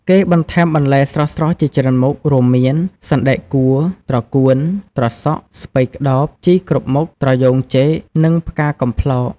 គេបន្ថែមបន្លែស្រស់ៗជាច្រើនមុខ រួមមាន សណ្ដែកកួរ ត្រកួន ត្រសក់ ស្ពៃក្ដោប ជីគ្រប់មុខ ត្រយូងចេក និងផ្កាកំប្លោក។